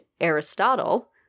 Aristotle